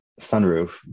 sunroof